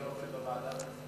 אני רוצה בוועדת הכספים.